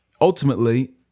ultimately